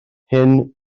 hyn